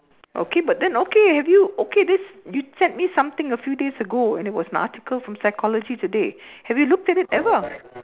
okay but then okay have you okay this you sent me something a few days ago and it was an article from Psychology Today have you looked at it ever